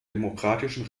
demokratischen